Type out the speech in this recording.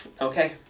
okay